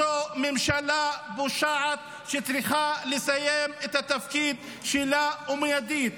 זו ממשלה פושעת שצריכה לסיים את התפקיד שלה ומיידית.